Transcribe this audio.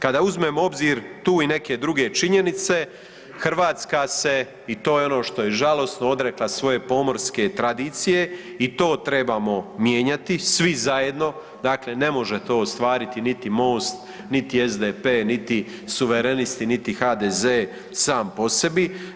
Kada uzmemo u obzir tu i neke druge činjenice Hrvatska se i to je ono što je žalosno odrekla svoje pomorske tradicije i to trebamo mijenjati svi zajedno, dakle ne može to ostvariti niti MOST, niti SDP, niti Suverenisti, niti HDZ sam po sebi.